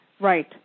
Right